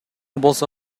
болсо